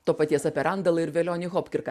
to paties apie randalą ir velionį hopkirką